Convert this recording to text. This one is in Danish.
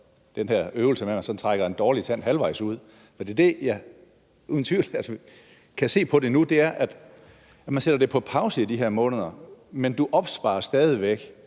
den her øvelse, hvor man trækker en dårlig tand halvvejs ud. For det, jeg uden tvivl nu kan se, er, at man sætter det på pause i de her måneder, men de opsparer stadig væk